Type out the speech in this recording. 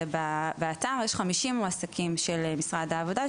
באתר יש 50 מועסקים של משרד העבודה,